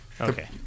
Okay